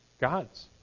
God's